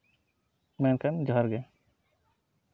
ᱢᱟ ᱮᱱᱠᱷᱟᱱ ᱡᱚᱦᱟᱨ ᱜᱮ